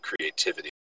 creativity